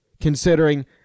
considering